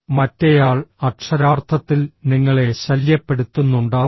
മറ്റേയാൾ അക്ഷരാർത്ഥത്തിൽ നിങ്ങളെ ശല്യപ്പെടുത്തുന്നുണ്ടാവാം